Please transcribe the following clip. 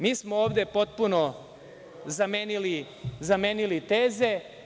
Mi smo ovde potpuno zamenili teze.